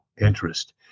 interest